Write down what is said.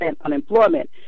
unemployment